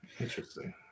Interesting